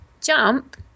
jump